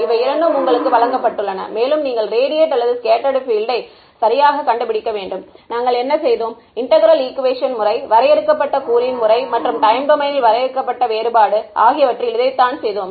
இவை இரண்டும் உங்களுக்கு வழங்கப்பட்டுள்ளன மேலும் நீங்கள் ரேடியேட்டட் அல்லது ஸ்கெட்ட்டர்டு பீல்ட் யை சரியாகக் கண்டுபிடிக்க வேண்டும் நாங்கள் என்ன செய்தோம் இன்டெக்ரேல் ஈக்குவேஷன் முறை வரையறுக்கப்பட்ட கூறின் முறை மற்றும் டைம் டொமைனில் வரையறுக்கப்பட்ட வேறுபாடு ஆகியவற்றில் இதைத்தான் செய்தோம்